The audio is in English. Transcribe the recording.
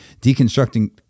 deconstructing